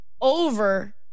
over